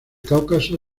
cáucaso